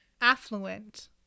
affluent